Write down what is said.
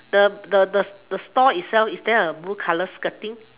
the the the the stall itself is there a blue color skirting